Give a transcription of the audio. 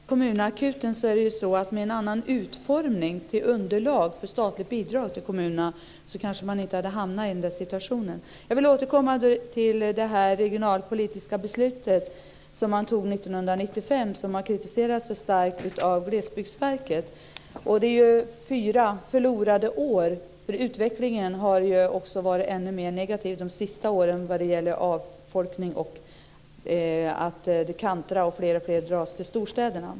Fru talman! När det gäller kommunakuten är det så att med en annan utformning av underlag för statliga bidrag till kommunerna hade man kanske inte hamnat i den situationen. Jag vill återkomma till det regionalpolitiska beslutet som man fattade 1995 och som har kritiserats så starkt av Glesbygdsverket. Det handlar om fyra förlorade år. Utvecklingen har ju varit ännu mer negativ under de senaste åren när det gäller avfolkning, att det sker en kantring och att fler och fler dras till storstäderna.